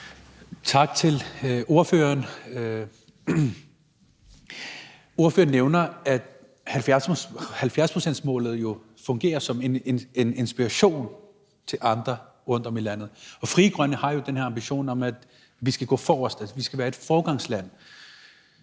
Tak til ordføreren. Ordføreren nævner, at 70-procentsmålet jo fungerer som en inspiration for andre rundtom i landet. Og Frie Grønne har jo den her ambition om, at vi skal gå forrest, altså at vi skal være et foregangsland.